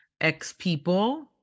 X-People